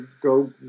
go